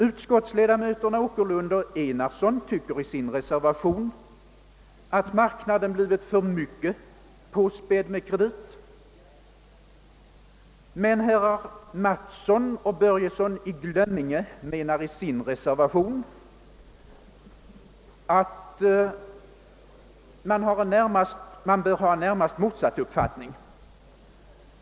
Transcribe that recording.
Utskottsledamöterna herrar Åkerlund och Enarsson tycker i sin reservation att marknaden blivit för mycket påspädd med kredit, men herrar Mattsson och Börjesson i Glömminge menar i sin reservation att man bör ha en närmast motsatt uppfattning.